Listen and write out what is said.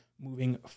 moving